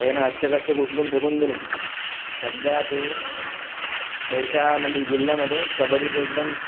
त्याह्यन अच्छे कच्चेक उचलून फेकून दिले सध्या ते त्यांच्या म्हणजे जिल्ह्यामध्ये कबड्डीचे एकदम